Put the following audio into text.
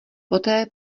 poté